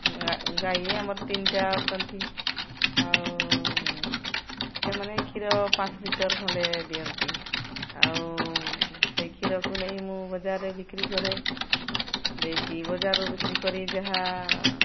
ଗାଈ ଆମର ତିନିଟା ଅଛନ୍ତି ଆଉ ସେମାନେ କ୍ଷୀର ପାଞ୍ଚ ଲିଟର ଖଣ୍ଡେ ଦିଅନ୍ତି ଆଉ ସେଇ କ୍ଷୀରକୁ ନେଇ ମୁଁ ବଜାରରେ ବିକ୍ରି କରେ ଦେଇକି ବଜାରରୁ ବିକ୍ରି କରି ଯାହା